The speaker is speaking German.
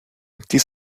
die